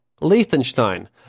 Liechtenstein